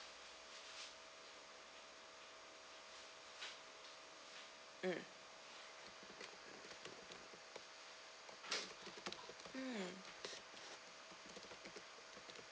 mm hmm